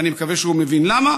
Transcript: ואני מקווה שהוא מבין למה,